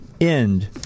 End